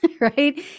right